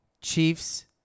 Chiefs